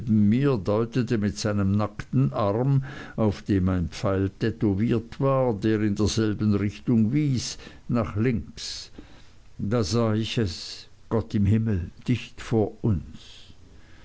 mir deutete mit seinem nackten arm auf dem ein pfeil tätowiert war der in derselben richtung wies nach links da sah ich es gott im himmel dicht vor uns